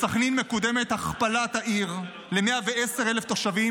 בסח'נין מקודמת הכפלת העיר ל-110,000 תושבים,